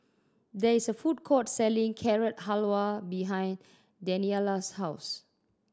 there is a food court selling Carrot Halwa behind Daniela's house